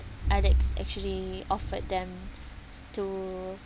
alex actually offered them to